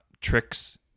tricks